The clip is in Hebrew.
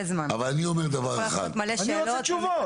אני רוצה לקבל תשובות.